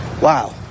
wow